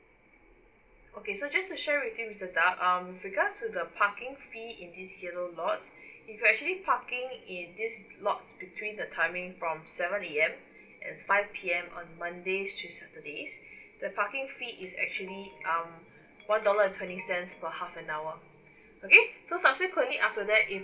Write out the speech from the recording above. okay so just to share with you mister tan um with regards to the parking fee in these yellow lots you could actually parking in these lots between the timing from seven A_M and five P_M on mondays to saturdays the parking fee is actually um one dollar and twenty cents per half an hour okay so subsequently after that if